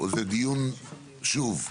זה דיון פתיחה.